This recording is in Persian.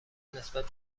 نسبت